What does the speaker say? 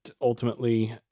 ultimately